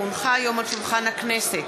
כי הונחו היום על שולחן הכנסת,